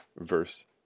verse